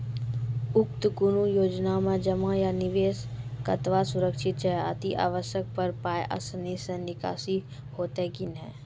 उक्त कुनू योजना मे जमा या निवेश कतवा सुरक्षित छै? अति आवश्यकता पर पाय आसानी सॅ निकासी हेतै की नै?